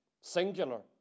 singular